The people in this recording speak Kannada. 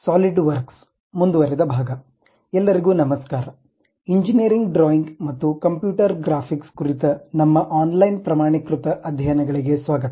ಸಾಲಿಡ್ವರ್ಕ್ಸ್ ಮುಂದುವರೆದ ಎಲ್ಲರಿಗೂ ನಮಸ್ಕಾರ ಇಂಜಿನಿಯರಿಂಗ್ ಡ್ರಾಯಿಂಗ್ ಮತ್ತು ಕಂಪ್ಯೂಟರ್ ಗ್ರಾಫಿಕ್ಸ್ ಕುರಿತ ನಮ್ಮ ಆನ್ಲೈನ್ ಪ್ರಮಾಣೀಕೃತ ಅಧ್ಯಯನಗಳಿಗೆ ಸ್ವಾಗತ